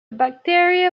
bacteria